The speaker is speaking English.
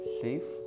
safe